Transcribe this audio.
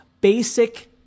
basic